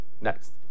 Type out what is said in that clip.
next